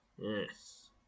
yes